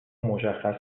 مشخص